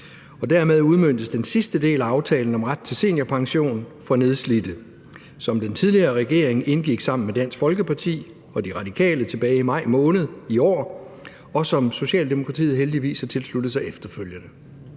og dermed udmøntes den sidste del af aftalen om ret til seniorpension for nedslidte, som den tidligere regering indgik sammen med Dansk Folkeparti og De Radikale tilbage i maj måned i år, og som Socialdemokratiet heldigvis har tilsluttet sig efterfølgende.